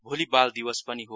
भोली बाल दिवस पनि हो